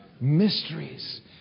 Mysteries